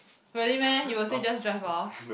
really meh you will say just drive off